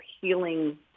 healing